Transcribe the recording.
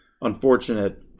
unfortunate